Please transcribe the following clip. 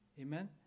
Amen